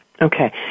Okay